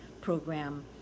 program